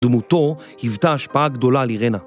דמותו היוותה השפעה גדולה על אירנה.